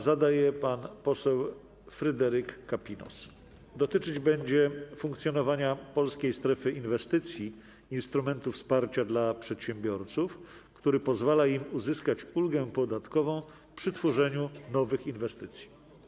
Zada je pan poseł Fryderyk Kapinos, a będzie ono dotyczyć funkcjonowania Polskiej Strefy Inwestycji - instrumentu wsparcia dla przedsiębiorców, który pozwala im uzyskać ulgę podatkową przy tworzeniu nowych inwestycji.